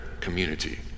community